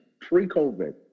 pre-COVID